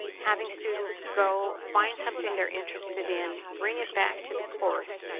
having students go find something they're interested in, bring it back to the course,